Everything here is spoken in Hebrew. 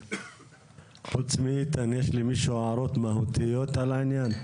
חוץ מאיתן יש למישהו הערות מהותיות על העניין?